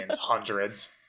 hundreds